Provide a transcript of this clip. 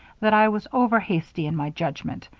that i was overhasty in my judgment.